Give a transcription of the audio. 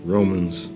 Romans